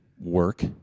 work